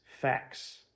facts